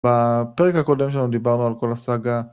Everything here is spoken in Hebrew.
בפרק הקודם שלנו דיברנו על כל הסאגה